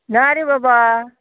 ना रे बाबा